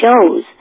shows